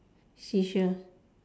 seashell